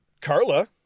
carla